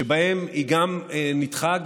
שבהם היא גם ניתחה,